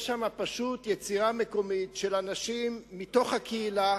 יש שם פשוט יצירה מקומית של אנשים מתוך הקהילה,